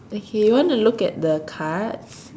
okay you want to look at the cards